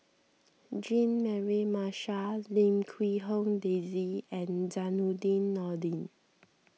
Jean Mary Marshall Lim Quee Hong Daisy and Zainudin Nordin